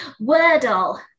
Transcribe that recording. Wordle